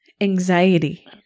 anxiety